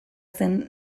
zen